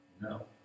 no